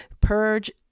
purge